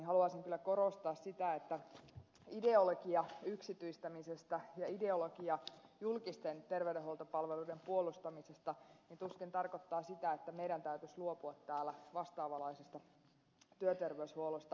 haluaisin kyllä korostaa sitä että ideologia yksityistämisestä ja ideologia julkisten terveydenhuoltopalveluiden puolustamisesta tuskin tarkoittaa sitä että meidän täytyisi luopua täällä vastaavanlaisesta työterveyshuollosta